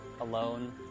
alone